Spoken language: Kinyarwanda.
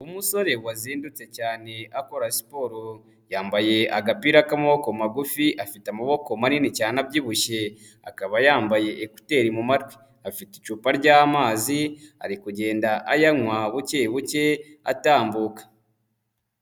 Umusore wazindutse cyane akora siporo. Yambaye agapira k'amaboko magufi, afite amaboko manini cyane abyibushye, akaba yambaye ekuteri mu matwi. Afite icupa ry'amazi, ari kugenda ayanywa buke buke atambuka.